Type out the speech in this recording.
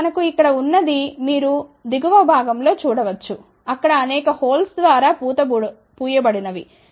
ఇప్పుడు మనకు ఇక్కడ ఉన్నది మీరు దిగువ భాగం లో చూడ వచ్చు అక్కడ అనేక హోల్స్ ద్వారా పూత పూయబడినవి